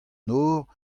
nor